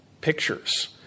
pictures